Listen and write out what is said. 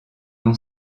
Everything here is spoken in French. nom